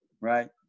right